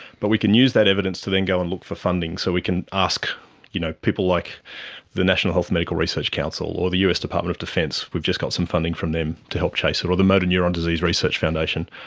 but we can use that evidence to then go and look for funding. so we can ask you know people like the national health and medical research council or the us department of defence, we've just got some funding from them to help chase it, or the motor neuron disease research foundation.